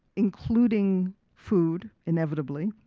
including food inevitably.